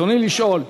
רצוני לשאול: